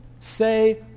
say